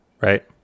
right